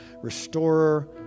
restorer